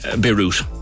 Beirut